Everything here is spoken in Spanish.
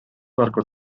barco